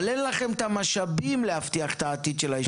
אבל אין לכם משאבים להבטחת עתיד היישוב.